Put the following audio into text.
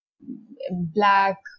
black